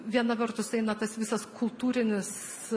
viena vertus eina tas visas kultūrinis